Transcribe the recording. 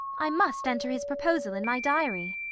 i must enter his proposal in my diary.